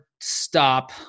stop